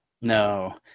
No